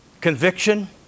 conviction